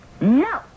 No